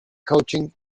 coaching